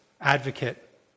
advocate